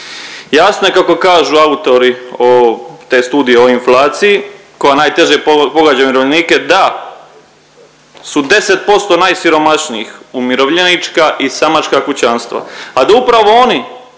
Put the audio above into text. Jasno je kako kažu autori te Studije o inflaciji koja najteže pogađa umirovljenike da su 10% najsiromašnijih umirovljenička i samačka kućanstva, a da upravo oni